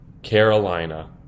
Carolina